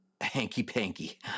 hanky-panky